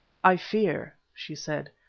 i fear, she said,